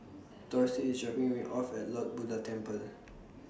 Dorsey IS dropping Me off At Lord Buddha Temple